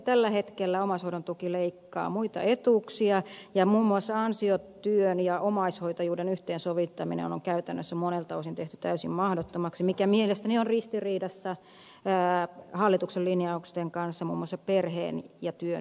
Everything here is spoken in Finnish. tällä hetkellä omaishoidon tuki leikkaa muita etuuksia ja muun muassa ansiotyön ja omaishoitajuuden yhteensovittaminen on käytännössä monelta osin tehty täysin mahdottomaksi mikä mielestäni on ristiriidassa hallituksen linjausten kanssa muun muassa perheen ja työn yhteensovittamisesta